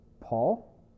Paul